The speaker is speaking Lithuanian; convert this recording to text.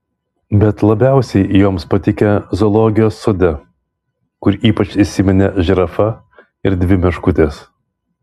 bet labiausiai joms patikę zoologijos sode kur ypač įsiminė žirafa ir dvi meškutės